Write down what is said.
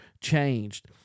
changed